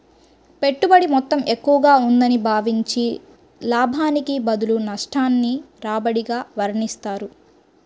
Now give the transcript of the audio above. పెట్టుబడి మొత్తం ఎక్కువగా ఉందని భావించి, లాభానికి బదులు నష్టాన్ని రాబడిగా వర్ణిస్తారు